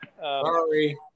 Sorry